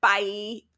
Bye